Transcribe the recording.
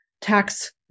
tax